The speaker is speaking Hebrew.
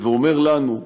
ואומר לנו,